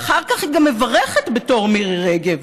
ואחר כך היא גם מברכת בתור מירי רגב.